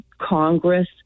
Congress